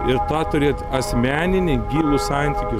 ir tą turėt asmeninį gilų santykį